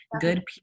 good